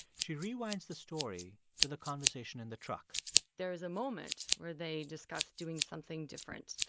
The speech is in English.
she rewinds the story to the conversation in the truck there is a moment where they discussed doing something different.